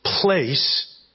place